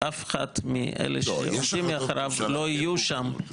ואף אחד מאלה שעומדים מאחוריו לא יהיו שם.